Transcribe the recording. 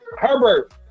Herbert